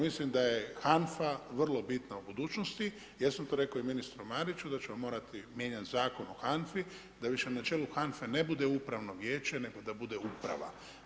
Mislim da je HANFA, vrlo bitna u budućnosti, ja sam to rekao i ministru Mariću, da ćemo morati mijenjati Zakon o HANFA-i da više na čelu HANFA-e ne bude upravno vijeće, nego da bude uprava.